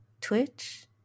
Twitch